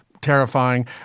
terrifying